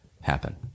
happen